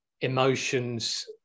emotions